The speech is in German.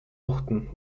orten